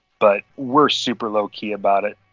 but we're super low-key about it.